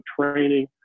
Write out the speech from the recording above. training